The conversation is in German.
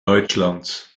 deutschlands